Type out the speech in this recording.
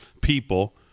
people